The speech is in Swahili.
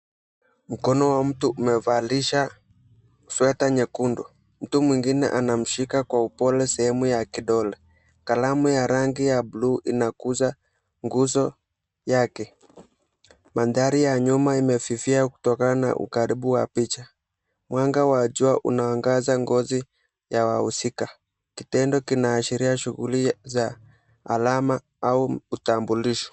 Mkono wa mtu umevalisha sweta nyekundu. Mtu mwingine anamshika kwa upole sehemu ya kidole. Kalamu ya rangi ya buluu inakuza nguzo yake. Mandhari ya nyuma imefifia kutokana na ukaribu wa picha. Mwanga wa jua unaangaza ngozi ya wahusika. Kitendo kinaashiria shughuli za alama au utambulisho.